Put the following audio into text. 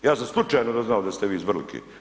Ja sam slučajno doznao da ste vi iz Vrlike.